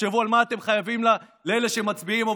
תחשבו על מה אתם חייבים לאלה שמצביעים עבורכם,